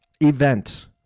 event